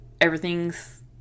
everything's